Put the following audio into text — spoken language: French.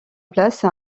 place